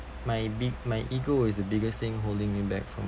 my big my ego is the biggest thing holding you back from